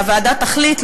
והוועדה תחליט,